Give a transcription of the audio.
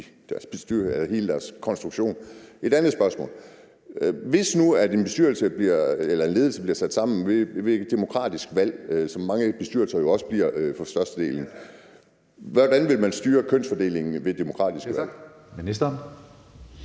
i hele deres konstruktion. Et andet spørgsmål er: Hvis nu en ledelse bliver sat sammen ved demokratisk valg, sådan som det jo også sker for størstedelen af mange bestyrelser, hvordan vil man så styre kønsfordelingen, altså ved demokratiske valg?